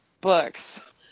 books